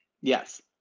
Yes